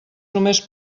només